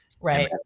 right